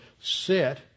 sit